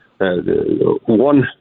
one